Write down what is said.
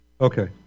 Okay